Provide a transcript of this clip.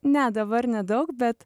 ne dabar nedaug bet